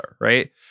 right